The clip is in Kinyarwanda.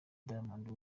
diamond